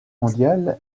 mondiale